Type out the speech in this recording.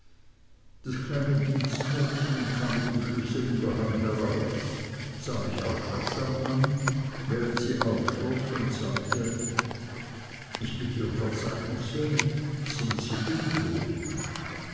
das kleine dienstmädchen kam mit dem schlüssel in der hand heraus sah mich aufmerksam an während sie aufschloß und sagte ich bitte um verzeihung sir sind sie unwohl